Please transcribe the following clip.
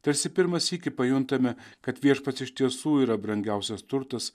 tarsi pirmą sykį pajuntame kad viešpats iš tiesų yra brangiausias turtas